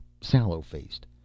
sallow-faced